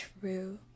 true